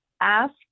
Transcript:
Ask